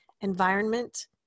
environment